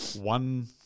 one